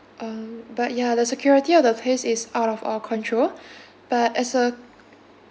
um but ya the security of the place is out of our control but as a